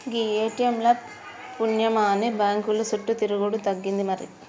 గీ ATM ల పుణ్యమాని బాంకుల సుట్టు తిరుగుడు తగ్గింది మరి